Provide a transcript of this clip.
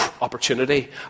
opportunity